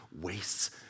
wastes